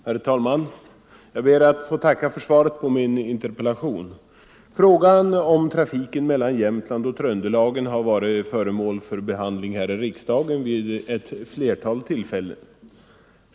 Herr talman! Jag ber att få tacka för svaret på min interpellation. Frågan om trafiken mellan Jämtland och Tröndelagen har varit föremål för behandling här i riksdagen vid ett flertal tillfällen.